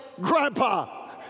Grandpa